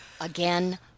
Again